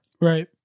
Right